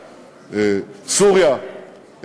סוריה,